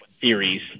theories